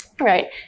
Right